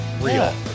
real